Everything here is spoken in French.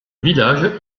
village